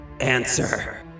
Answer